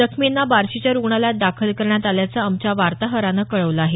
जखमींना बार्शीच्या रुग्णालयात दाखल करण्यात आल्याचं आमच्या वार्ताहरानं कळवलं आहे